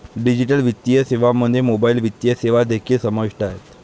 digital वित्तीय सेवांमध्ये mobile वित्तीय सेवा देखील समाविष्ट आहेत